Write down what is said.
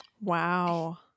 Wow